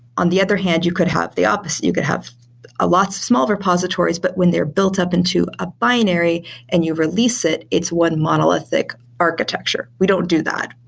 on the other hand, you could have the opposite. you could have ah lots of small repositories, but when they're built up into a binary and you release it, it's one monolithic architecture. we don't do that.